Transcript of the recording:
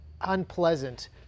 unpleasant